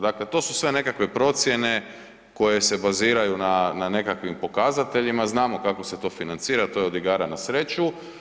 Dakle, to su sve nekakve procjene koje se baziraju na, na nekakvim pokazateljima, znamo kako se to financira, to je od igara na sreću.